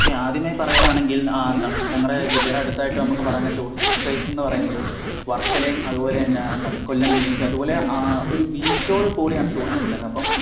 ആദ്യമായി പറയുകയാണെങ്കിൽ എന്താണ് ഞങ്ങളുടെ ജില്ലയുടെ അടുത്തായിട്ട് നമുക്ക് പറയുന്ന ടൂറിസ് പ്ലേസ് എന്ന് പറയുന്നത് വർക്കലയും അതുപോലെ തന്നെ എന്താണ് കൊല്ലം ബീച്ച് അതുപോലെ ഒരു ബീച്ചോടു കൂടിയാണ് ടൂറിസം വന്നേക്കുന്നത് അപ്പം